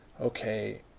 okay.